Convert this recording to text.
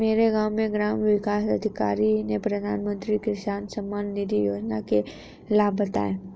मेरे गांव में ग्राम विकास अधिकारी ने प्रधानमंत्री किसान सम्मान निधि योजना के लाभ बताएं